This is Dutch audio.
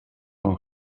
van